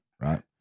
right